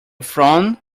frown